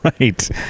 Right